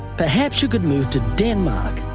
perhaps you could move to denmark,